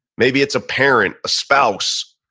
maybe it's a parent, a spouse,